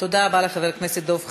תודה רבה לחבר הכנסת דב חנין.